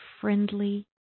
friendly